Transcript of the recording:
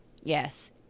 Yes